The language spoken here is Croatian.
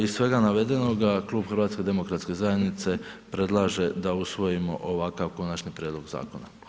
Iz svega navedenoga Klub HDZ-a predlaže da usvojimo ovakav konačni prijedlog zakona.